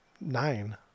nine